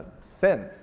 sin